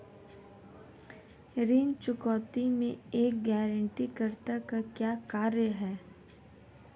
ऋण चुकौती में एक गारंटीकर्ता का क्या कार्य है?